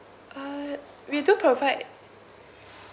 uh we do provide